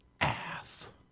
Ass